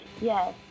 Yes